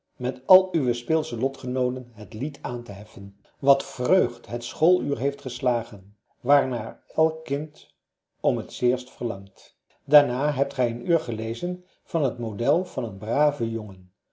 met al uwe speelsche lotgenooten het lied aan te heffen wat vreugd het schooluur heeft geslagen waarnaar elk kind om t zeerst verlangt daarna hebt gij een uur gelezen van het model van een braven jongen